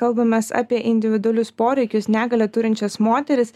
kalbamės apie individualius poreikius negalią turinčias moteris